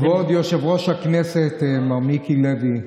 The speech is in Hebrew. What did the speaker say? כבוד יושב-ראש הכנסת מר מיקי לוי,